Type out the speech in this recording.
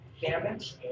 damage